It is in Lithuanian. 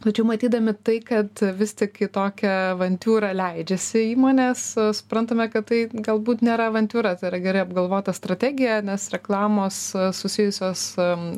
tačiau matydami tai kad vis tik į tokią avantiūrą leidžiasi įmonės suprantame kad tai galbūt nėra avantiūra tai yra gerai apgalvota strategija nes reklamos susijusios